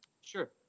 Sure